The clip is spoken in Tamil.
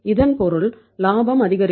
இதன் பொருள் லாபம் அதிகரிக்கும்